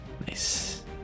Nice